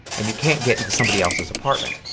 and you can't get into somebody else's apartment.